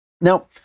Now